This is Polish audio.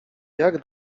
jak